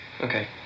Okay